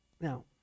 Now